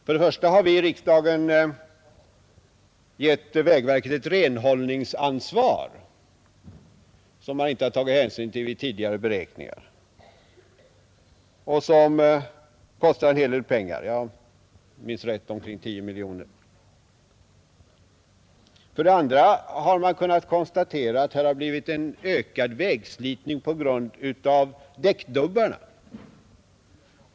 För det första har vi i riksdagen gett vägverket ett renhållningsansvar, som man inte har tagit hänsyn till vid tidigare beräkningar och som kostar en hel del pengar — om jag minns rätt omkring 10 miljoner. För det andra har man kunnat konstatera att det blivit en ökad vägslitning på grund av däckdubbarna.